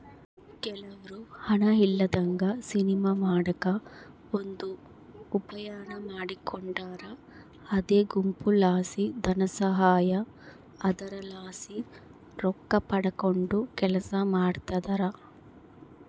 ಕೆಲವ್ರು ಹಣ ಇಲ್ಲದಂಗ ಸಿನಿಮಾ ಮಾಡಕ ಒಂದು ಉಪಾಯಾನ ಮಾಡಿಕೊಂಡಾರ ಅದೇ ಗುಂಪುಲಾಸಿ ಧನಸಹಾಯ, ಅದರಲಾಸಿ ರೊಕ್ಕಪಡಕಂಡು ಕೆಲಸ ಮಾಡ್ತದರ